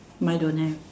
mine don't have